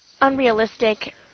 unrealistic